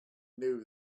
knew